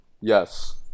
Yes